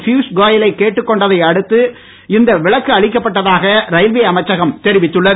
பியுஷ் கோயலை கேட்டுக் கொண்டதை அடுத்த இந்த விலக்கு அளிக்கப்பட்டதாக ரயில்வே அமைச்சகம் தெரிவித்துள்ளது